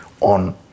on